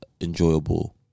enjoyable